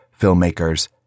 filmmakers